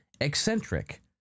Eccentric